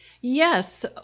yes